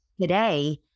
today